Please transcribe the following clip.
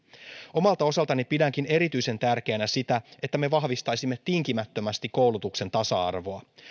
omalta osaltani pidänkin erityisen tärkeänä sitä että me vahvistaisimme tinkimättömästi koulutuksen tasa arvoa